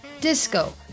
disco